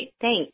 thanks